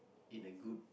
in a good